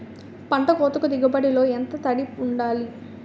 పంట కోతకు దిగుబడి లో ఎంత తడి వుండాలి?